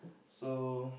so